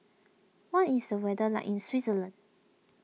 what is the weather like in Switzerland